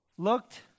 Looked